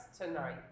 tonight